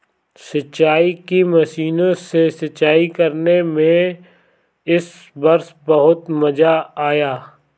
सिंचाई की मशीनों से सिंचाई करने में इस वर्ष बहुत मजा आया